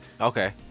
Okay